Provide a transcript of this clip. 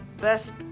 best